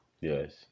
Yes